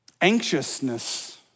Anxiousness